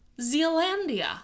Zealandia